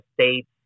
states